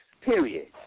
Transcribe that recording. period